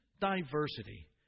diversity